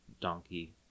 donkey